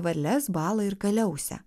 varles balą ir kaliausę